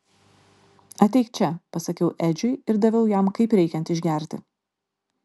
ateik čia pasakiau edžiui ir daviau jam kaip reikiant išgerti